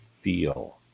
feel